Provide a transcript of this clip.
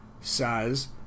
says